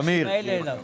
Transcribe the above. טמיר,